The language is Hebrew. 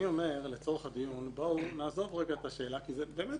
אני אומר לצורך הדיון בואו נעזוב את השאלה כי באמת,